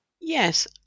Yes